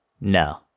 No